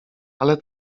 ale